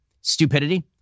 stupidity